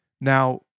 Now